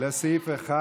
לסעיף 1,